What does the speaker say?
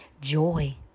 joy